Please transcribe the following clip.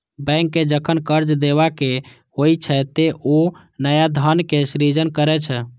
bank कें जखन कर्ज देबाक होइ छै, ते ओ नया धनक सृजन करै छै